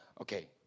Okay